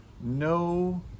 no